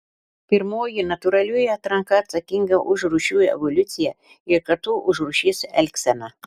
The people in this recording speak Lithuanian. pirmoji natūralioji atranka atsakinga už rūšių evoliuciją ir kartu už rūšies elgseną